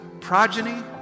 progeny